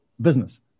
Business